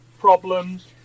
problems